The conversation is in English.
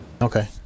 Okay